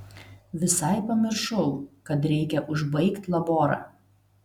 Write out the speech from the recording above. visai pamiršau kad reikia užbaigt laborą